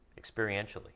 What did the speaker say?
experientially